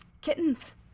kittens